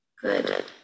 Good